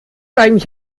eigentlich